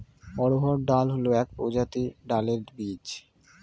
অড়হর ডাল হল এক প্রজাতির ডালের বীজ